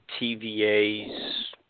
TVA's